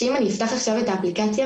שאם אני אפתח עכשיו את האפליקציה,